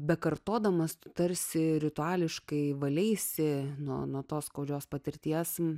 bekartodamas tarsi rituališkai valeisi nuo tos skaudžios patirties